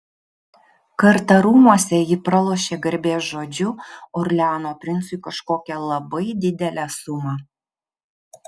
kartą rūmuose ji pralošė garbės žodžiu orleano princui kažkokią labai didelę sumą